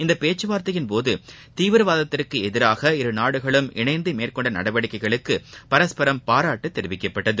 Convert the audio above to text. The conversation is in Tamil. இந்த பேச்சுவார்த்தையின் போது தீவிரவாதத்திற்கு எதிராக இருநாடுகளும் இணைந்து மேற்கொண்ட நடவடிக்கைகளுக்கு பரஸ்பரம் பாராட்டு தெரிவிக்கப்பட்டது